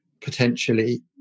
potentially